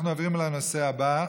אנחנו עוברים לנושא הבא,